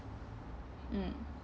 mm